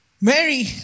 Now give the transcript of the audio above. Mary